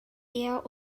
eher